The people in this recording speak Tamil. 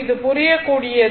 இது புரியக்கூடியது